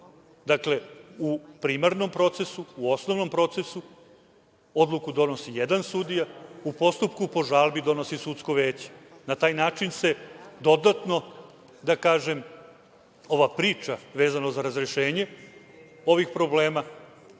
Dakle, u primarnom procesu, u osnovnom procesu, odluku donosi jedan sudija, u postupku po žalbi donosi sudsko veće. Na taj način se dodatno, da kažem, ovoj priči vezano za razrešenje ovih problema